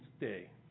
day